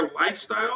lifestyle